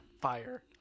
Fire